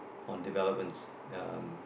on developments um